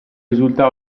risulta